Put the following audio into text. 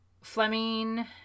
Fleming